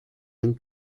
and